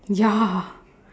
ya